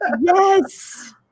Yes